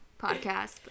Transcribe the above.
podcast